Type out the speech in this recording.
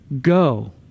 go